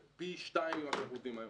זה פי 2 ממה שאנחנו עובדים היום.